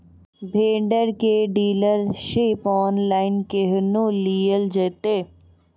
Vendor केर dealership online केहनो लियल जेतै?